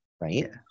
right